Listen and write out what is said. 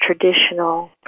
traditional